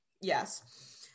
Yes